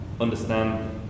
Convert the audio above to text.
Understand